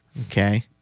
okay